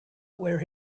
where